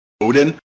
Odin